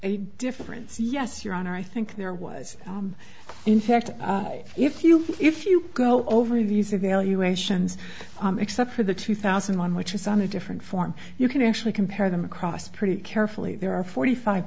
a difference yes your honor i think there was in fact if you if you go over these evaluations except for the two thousand and one which is on a different form you can actually compare them across pretty carefully there are forty five